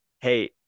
Hey